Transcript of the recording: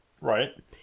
right